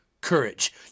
courage